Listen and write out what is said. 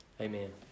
Amen